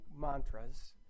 mantras